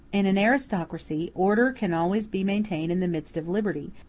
in an aristocracy order can always be maintained in the midst of liberty,